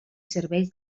serveis